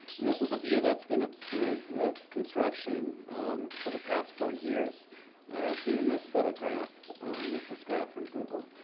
and this is a view that's been obscured with construction for the past four years as seen in this photograph which was grabbed from google.